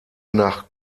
nach